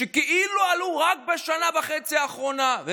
שכאילו עלו רק בשנה וחצי האחרונות.